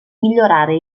migliorare